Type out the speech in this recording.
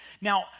Now